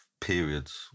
periods